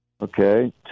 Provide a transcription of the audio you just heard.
Okay